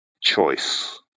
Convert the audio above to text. choice